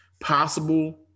possible